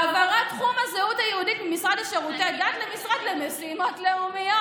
העברת תחום הזהות היהודית מהמשרד לשירותי דת למשרד למשימות לאומיות,